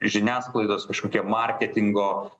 žiniasklaidos kažkokie marketingo